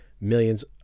millions